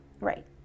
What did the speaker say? Right